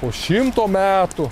po šimto metų